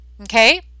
Okay